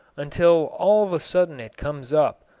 until all of a sudden it comes up,